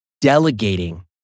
delegating